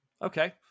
Okay